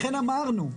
לכן אמרנו.